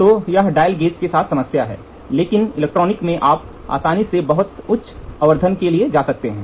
तो यह dial gauge के साथ समस्या है लेकिन इलेक्ट्रॉनिक में आप आसानी से बहुत उच्च आवर्धन के लिए जा सकते हैं